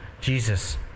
Jesus